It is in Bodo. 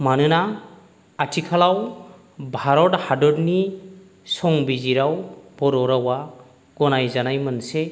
मानोना आथिखालाव भारत हादरनि संबिजिरआव बर' रावआ गनायजानाय मोनसे